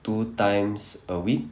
two times a week